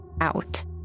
Out